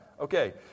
Okay